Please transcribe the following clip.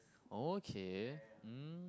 oh okay mm